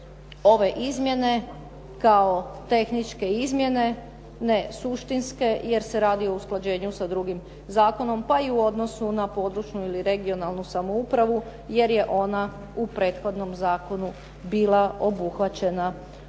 ove izmjene kao tehničke izmjene, ne suštinske jer se radi o usklađenju sa drugim zakonom pa i u odnosu na područnu ili regionalnu samoupravu jer je ona u prethodnom zakonu bila obuhvaćena ovim